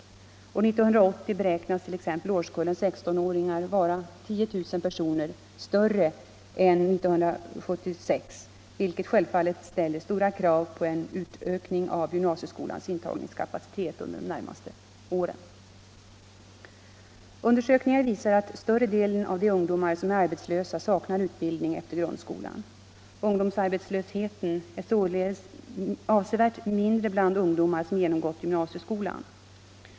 År 1980 beräknas t.ex. årskullen 16 åringar vara 10 000 personer större än 1976, vilket självfallet ställer stora krav på en utökning av gymnasieskolans intagningskapacitet under de närmaste åren. Undersökningar visar att större delen av de ungdomar som är arbetslösa saknar utbildning efter grundskolan. Ungdomsarbetslösheten är således avsevärt mindre bland ungdomar som genomgått gymnasieskolan.